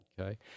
Okay